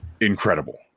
incredible